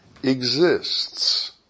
exists